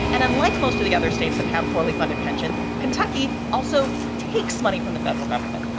and unlike most of the other states that have poorly funded pensions. kentucky also takes money from the federal government,